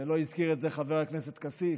ולא הזכיר את זה חבר הכנסת כסיף,